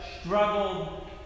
struggled